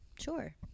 Sure